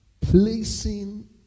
placing